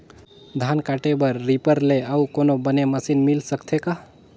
धान काटे बर रीपर ले अउ कोनो बने मशीन मिल सकथे का?